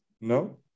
no